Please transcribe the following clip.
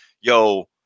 yo